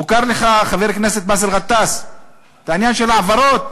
מוכר לך, חבר הכנסת באסל גטאס, עניין ההעברות?